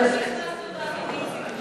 טוב שהכנסת, עם איציק ובועז.